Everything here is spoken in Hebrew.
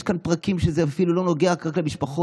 יש כאן פרקים שזה אפילו לא נוגע רק למשפחות.